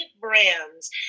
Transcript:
brands